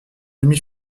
demi